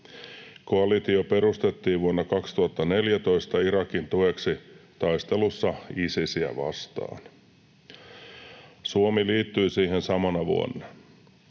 Koalitio perustettiin vuonna 2014 Irakin tueksi taistelussa Isisiä vastaan. Suomi liittyi siihen samana vuonna.